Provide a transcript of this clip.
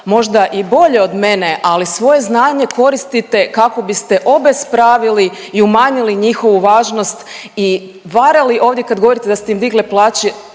možda i bolje od mene ali svoje znanje koristite kako biste obespravili i umanjili njihovu važnost i varali ovdje kad govorite da ste im digli plaće.